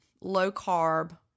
low-carb